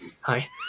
Hi